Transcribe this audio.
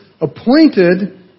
appointed